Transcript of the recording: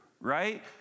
right